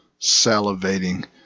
Salivating